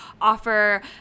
offer